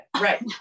right